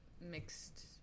mixed